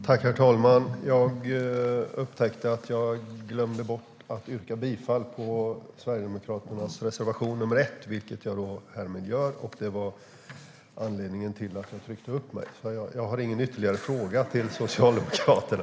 Herr talman! Jag glömde yrka bifall till Sverigedemokraternas reservation nr 1. Det gör jag härmed. Det var anledningen till att jag tryckte för replik. Jag har ingen fråga till Socialdemokraterna.